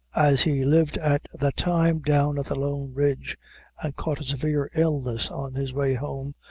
as he lived at that time down at the long ridge, and caught a severe illness on his way home,